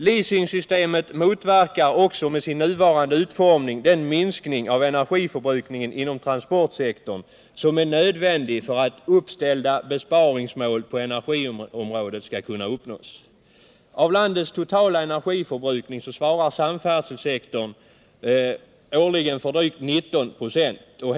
Leasingsystemet motverkar också med sin nuvarande utformning den minskning av energiförbrukningen inom transportsektorn som är nödvändig för att uppställda besparingsmål på energiområdet skall kunna uppnås. Av landets totala energiförbrukning svarar samfärdselsektorn årligen för drygt 19 96.